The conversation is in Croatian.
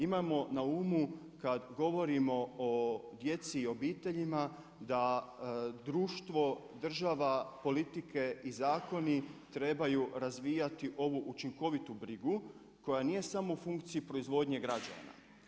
Imamo na umu kad govorimo o djeci i obiteljima, da društvo, država, politike i zakoni trebaju razvijati ovu učinkovitu brigu, koja nije samo u funkciji proizvodnje građana.